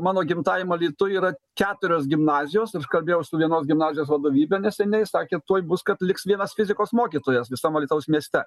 mano gimtajam alytuj yra keturios gimnazijos aš kabėjau su vienos gimnazijos vadovybe neseniai sakė tuoj bus kad liks vienas fizikos mokytojas visam alytaus mieste